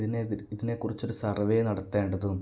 ഇതിനെ ഇതിനെ കുറിച്ച് ഒരു സർവ്വേ നടത്തേണ്ടതും